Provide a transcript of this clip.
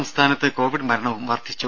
സംസ്ഥാനത്ത് കോവിഡ് മരണവും വർദ്ധിച്ചു